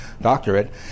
doctorate